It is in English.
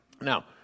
Now